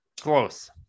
close